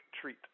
treat